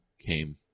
came